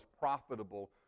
profitable